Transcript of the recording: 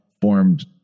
formed